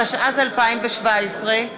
התשע"ז 2017,